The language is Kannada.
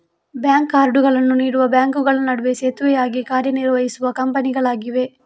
ಬ್ಯಾಂಕ್ ಕಾರ್ಡುಗಳನ್ನು ನೀಡುವ ಬ್ಯಾಂಕುಗಳ ನಡುವೆ ಸೇತುವೆಯಾಗಿ ಕಾರ್ಯ ನಿರ್ವಹಿಸುವ ಕಂಪನಿಗಳಾಗಿವೆ